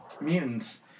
mutants